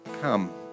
come